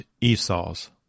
Esau's